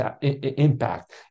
impact